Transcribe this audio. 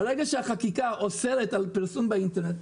ברגע שהחקיקה אוסרת על פרסום באינטרנט,